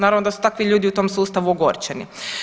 Naravno da su takvi ljudi u tom sustavu ogorčeni.